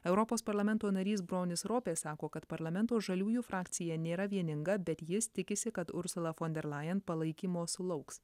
europos parlamento narys bronis ropė sako kad parlamento žaliųjų frakcija nėra vieninga bet jis tikisi kad ursula fon der lajen palaikymo sulauks